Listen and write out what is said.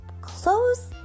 close